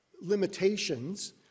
limitations